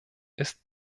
ist